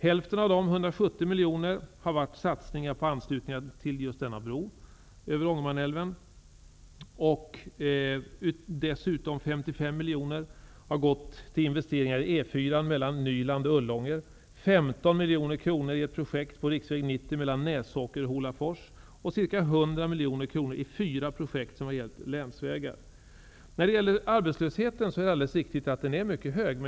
Hälften av dem, 170 miljoner, har varit satsningar på just denna bro över Ångermanälven. 55 miljoner har gått till investeringar i E 4 mellan Nyland och miljoner kronor i fyra projekt som gällt länsvägar. Arbetslösheten är mycket riktigt mycket hög.